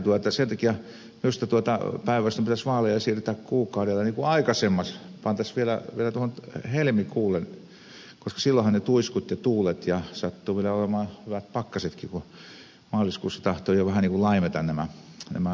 sen takia vaaleja pitäisi minusta päinvastoin siirtää kuukaudella aikaisemmaksi pantaisiin vielä helmikuulle koska silloinhan ne tuiskut ja tuulet ja hyvät pakkasetkin sattuvat vielä olemaan kun maaliskuussa tahtovat pakkaset jo vähän laimeta